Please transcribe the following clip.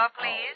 please